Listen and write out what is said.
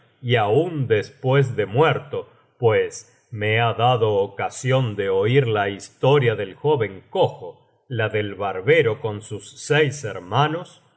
y aun después de muerto pues me ha dado ocasión de oir la historia del joven cojo la del barbero con sus seis hermanos